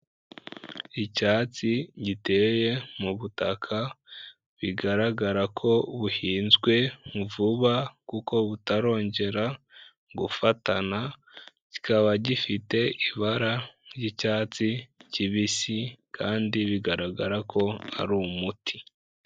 Icyatsi giteye mu butaka, bigaragara ko buhinzwe vuba, kuko butarongera gufatana, kikaba gifite ibara ry'icyatsi kibisi, kandi bigaragara ko ari umuti.